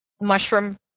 mushroom